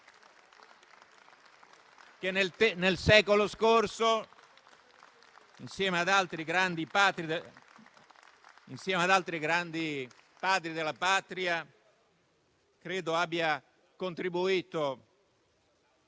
nel secolo scorso, insieme ad altri grandi padri della patria credo abbia contribuito,